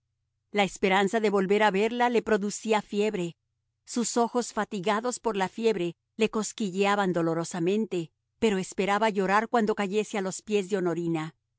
la esperanza de volver a verla le producía fiebre sus ojos fatigados por la fiebre le cosquilleaban dolorosamente pero esperaba llorar cuando cayese a los pies de honorina